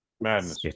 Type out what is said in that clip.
Madness